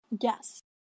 Yes